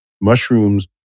mushrooms